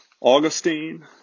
Augustine